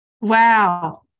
Wow